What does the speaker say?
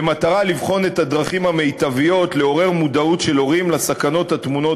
במטרה לבחון את הדרכים המיטביות לעורר מודעות של הורים לסכנות הטמונות